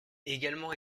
également